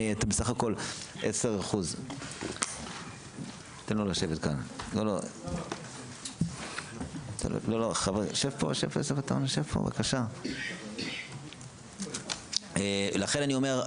אם אתם סך הכל 10%. לכן אני אומר,